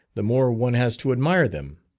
the more one has to admire them.